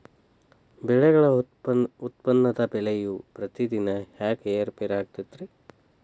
ಬೆಳೆಗಳ ಉತ್ಪನ್ನದ ಬೆಲೆಯು ಪ್ರತಿದಿನ ಯಾಕ ಏರು ಪೇರು ಆಗುತ್ತೈತರೇ?